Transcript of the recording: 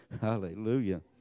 hallelujah